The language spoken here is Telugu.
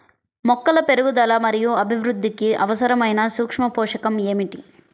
మొక్కల పెరుగుదల మరియు అభివృద్ధికి అవసరమైన సూక్ష్మ పోషకం ఏమిటి?